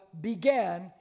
began